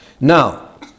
Now